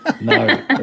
No